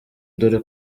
dore